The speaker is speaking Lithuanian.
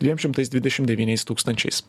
dviem šimtais dvidešim deyniais tūkstančiais